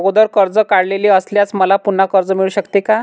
अगोदर कर्ज काढलेले असल्यास मला पुन्हा कर्ज मिळू शकते का?